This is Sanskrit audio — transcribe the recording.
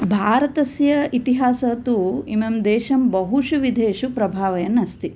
भारतस्य इतिहासः तु इमं देशं बहुषु विधेषु प्रभावयन् अस्ति